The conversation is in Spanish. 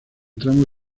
tramo